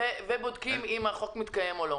והם בודקים האם החוק מתקיים או לא.